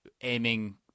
aiming